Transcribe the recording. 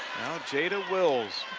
jada wills.